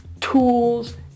tools